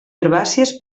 herbàcies